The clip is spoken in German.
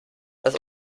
das